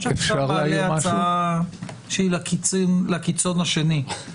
--- הצעה שהיא לקיצון השני.